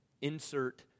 Insert